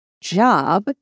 job